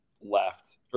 left –